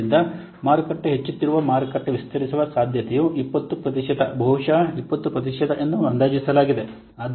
ಆದ್ದರಿಂದ ಮಾರುಕಟ್ಟೆ ಹೆಚ್ಚುತ್ತಿರುವ ಮಾರುಕಟ್ಟೆ ವಿಸ್ತರಿಸುವ ಸಾಧ್ಯತೆಯು 20 ಪ್ರತಿಶತ ಬಹುಶಃ 20 ಪ್ರತಿಶತ ಎಂದು ಅಂದಾಜಿಸಲಾಗಿದೆ